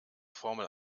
formel